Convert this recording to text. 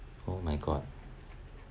oh my god